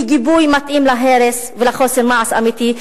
היא גיבוי מתאים להרס ולחוסר מעש אמיתי.